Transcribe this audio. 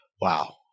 Wow